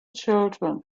children